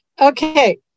Okay